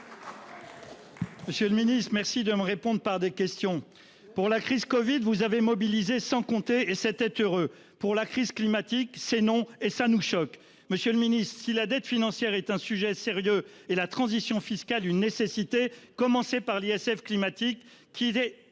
Monsieur le ministre, je vous remercie de me répondre par des questions ... Pour la crise de la covid-19, vous avez mobilisé sans compter, et c'était heureux ! Pour la crise climatique, c'est non, et cela nous choque. Monsieur le ministre, si la dette financière est un sujet sérieux et la transition fiscale une nécessité, commencez par l'ISF climatique, qui est